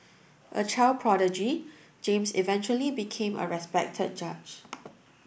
a child prodigy James eventually became a respected judge